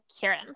kieran